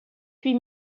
puis